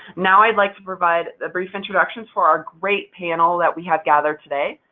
now, i'd like to provide a brief introduction for our great panel that we have gathered today.